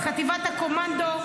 את חטיבת הקומנדו,